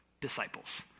disciples